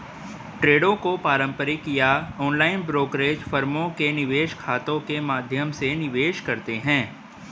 ट्रेडों को पारंपरिक या ऑनलाइन ब्रोकरेज फर्मों के निवेश खातों के माध्यम से निवेश करते है